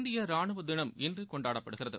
இந்திய ராணுவ தினம் இன்று கொண்டாடப்படுகிறது